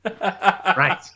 Right